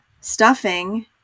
Stuffing